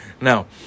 Now